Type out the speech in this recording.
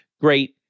great